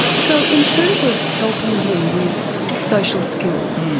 so in terms of helping him with social skills,